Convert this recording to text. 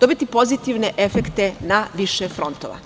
dobiti pozitivne efekte na više frontova.